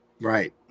Right